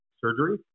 surgery